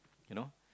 you know